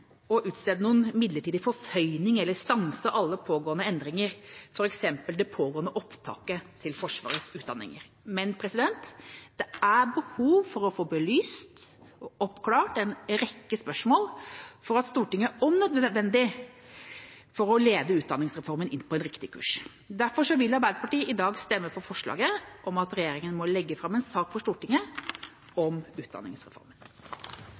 å utstede noen midlertidig forføyning eller å stanse alle pågående endringer, f.eks. det pågående opptaket til Forsvarets utdanninger. Men det er behov for å få belyst og oppklart en rekke spørsmål for at Stortinget om nødvendig kan lede utdanningsreformen inn på en riktig kurs. Derfor vil Arbeiderpartiet i dag stemme for forslaget om at regjeringa må legge fram en sak for Stortinget om utdanningsreformen.